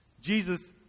Jesus